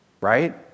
right